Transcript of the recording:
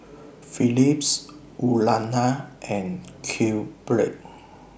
Philips Urana and QBread